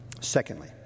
Secondly